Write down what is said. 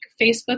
Facebook